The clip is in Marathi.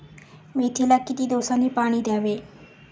मेथीला किती दिवसांनी पाणी द्यावे?